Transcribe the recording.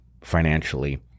financially